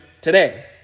today